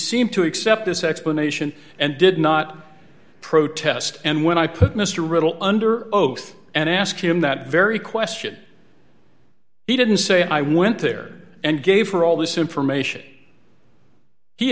seemed to accept this explanation and did not protest and when i put mr riddle under oath and asked him that very question he didn't say i went there and gave her all this information he